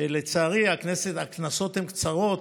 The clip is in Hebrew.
ולצערי הכנסות הן קצרות,